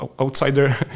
outsider